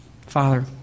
Father